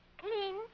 Clean